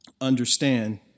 understand